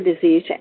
disease